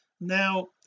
now